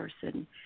person